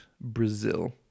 Brazil